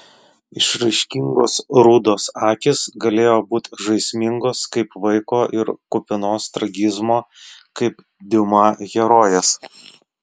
išraiškingos rudos akys galėjo būti žaismingos kaip vaiko ir kupinos tragizmo kaip diuma herojės